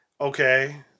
Okay